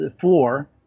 four